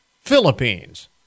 Philippines